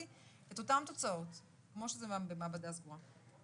את אותן תוצאות כמו שזה במעבדה סדורה.